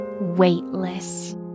weightless